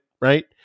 right